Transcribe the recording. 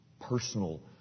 personal